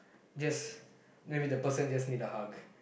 just maybe the person just need a hug